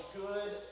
good